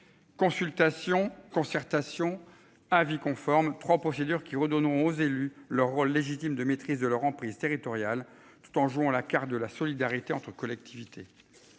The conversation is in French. Consultations concertations. Avis conforme 3 procédures qui redonnons aux élus leur rôle légitime de maîtrise de leur emprise territoriale tout en jouant la carte de la solidarité entre collectivités.